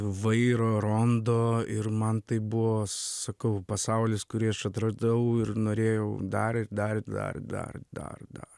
vairo rondo ir man tai buvo sakau pasaulis kurį aš atradau ir norėjau dar ir dar dar dar dar dar